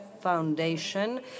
Foundation